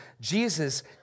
Jesus